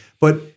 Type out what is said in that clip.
but-